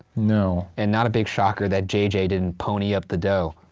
no. and not a big shocker that j j. didn't pony up the dough.